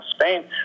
Spain